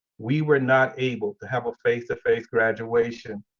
we were not able to have a face-to-face graduation.